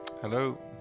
Hello